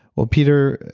well, peter,